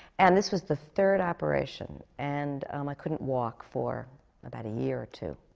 and this was the third operation. and um i couldn't walk for about a year or two,